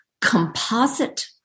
composite